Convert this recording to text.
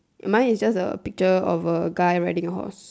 mine is just a picture of a guy riding a horse